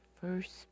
First